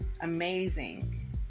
amazing